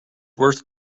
worth